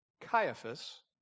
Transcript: Caiaphas